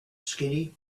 skinny